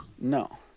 no